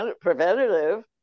preventative